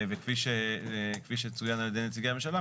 וכפי שצוין על ידי נציגי הממשלה,